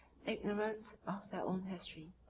ignorant of their own history,